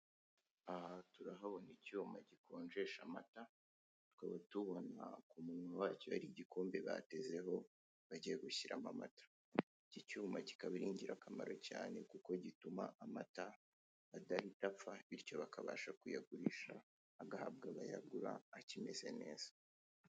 Aha turahabona icyuma gikonjesha amata, tukaba tubona ku munwa wacyo hari igikombe batezeho, bagiye gushyira mo amata. Iki cyuma kikaba ari ingirakamaro cyane kuko gituma amata adahita apfa, bityo bakabasha kuyagurisha, agahabwa abayagura akimeze neza.